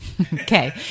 Okay